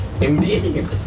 Indeed